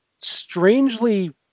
strangely